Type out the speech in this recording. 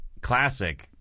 classic